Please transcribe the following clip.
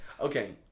Okay